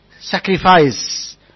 sacrifice